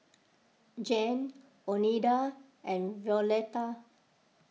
Gene oneida and Violetta